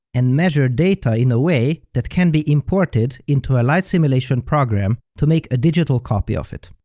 and measure data in a way that can be imported into a light simulation program to make a digital copy of it.